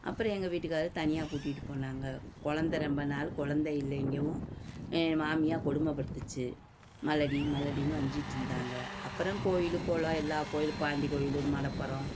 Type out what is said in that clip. அப்புறம் எங்கள் வீட்டுக்காரர் தனியாக கூட்டிகிட்டு போனாங்க குழந்த ரொம்ப நாள் குழந்த இல்லைங்கவும் என் மாமியார் கொடுமைப்படுத்துச்சு மலடி மலடின்னு வஞ்சுட்ருந்தாங்க அப்புறம் கோயில் குளம் எல்லா கோயில் பாண்டி கோயில் மடப்புரம்